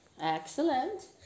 Excellent